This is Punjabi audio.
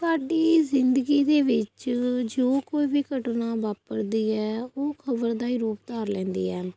ਸਾਡੀ ਜ਼ਿੰਦਗੀ ਦੇ ਵਿੱਚ ਜੋ ਕੋਈ ਵੀ ਘਟਨਾ ਵਾਪਰਦੀ ਹੈ ਉਹ ਖ਼ਬਰ ਦਾ ਈ ਰੂਪ ਧਾਰ ਲੈਂਦੀ ਹੈ